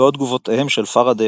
בעוד גופותיהם של פאראדיי,